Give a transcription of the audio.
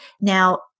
Now